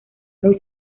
muy